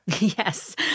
Yes